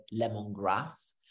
lemongrass